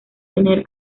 tener